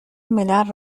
ملل